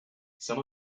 some